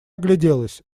огляделась